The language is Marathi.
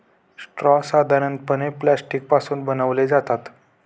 स्ट्रॉ साधारणपणे प्लास्टिक पासून बनवले जातात